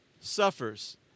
suffers